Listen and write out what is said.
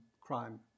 crime